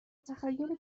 تخیل